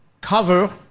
cover